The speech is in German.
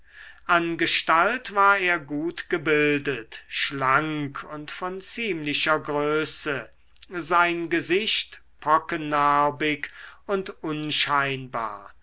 an gestalt war er gut gebildet schlank und von ziemlicher größe sein gesicht pockennarbig und unscheinbar